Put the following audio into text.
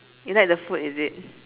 you like the food is it